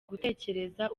gutekereza